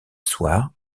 soir